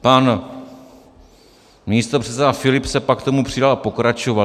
Pan místopředseda Filip se pak k tomu přidal a pokračoval.